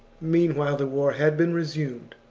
meanwhile the war had been resumed,